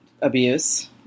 abuse